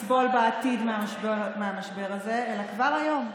הולכים לא רק לסבול בעתיד מהמשבר הזה אלא כבר היום,